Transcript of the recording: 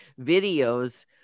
videos